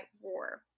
war